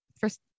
First